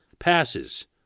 passes